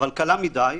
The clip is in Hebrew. אבל קלה מדי,